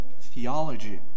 theology